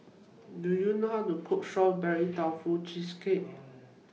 Do YOU know How to Cook Strawberry Tofu Cheesecake